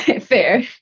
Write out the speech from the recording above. fair